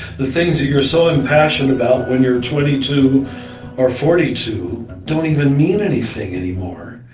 the things that you're so impassioned about when you're twenty two or forty two don't even mean anything anymore,